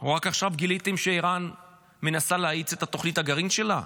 או רק עכשיו גיליתם שאיראן מנסה להאיץ את תוכנית הגרעין שלה?